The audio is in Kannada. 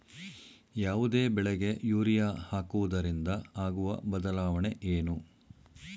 ಯಾವುದೇ ಬೆಳೆಗೆ ಯೂರಿಯಾ ಹಾಕುವುದರಿಂದ ಆಗುವ ಬದಲಾವಣೆ ಏನು?